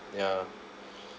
ya